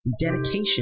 dedication